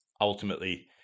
ultimately